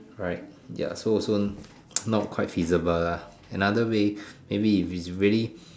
alright ya so so not quite feasible lah another way maybe if it's really